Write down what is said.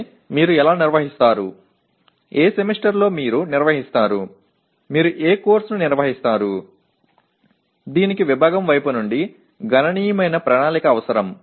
కానీ మీరు ఎలా నిర్వహిస్తారు ఏ సెమిస్టర్లో మీరు నిర్వహిస్తారు మీరు ఏ కోర్సును నిర్వహిస్తారు దీనికి విభాగం వైపు నుండి గణనీయమైన ప్రణాళిక అవసరం